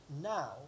now